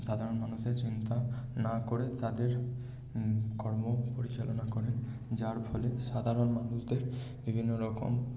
সাধারণ মানুষের চিন্তা না করে তাদের কর্ম পরিচালনা করেন যার ফলে সাধারণ মানুষদের বিভিন্ন রকম